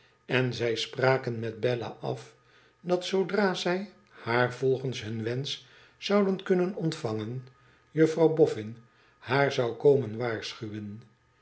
en zij spraken met bella af dat zoodra zij haar volgens hun wensch zouden kunnen ontvangen juffrouw boffin haar zou komen waarschuwen